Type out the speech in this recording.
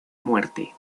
muerte